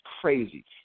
crazy